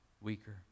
weaker